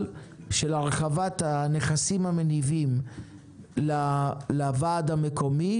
של הרחבת הנכסים המניבים לוועד המקומי,